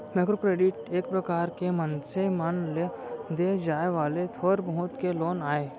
micro credit एक परकार के मनसे मन ल देय जाय वाले थोर बहुत के लोन आय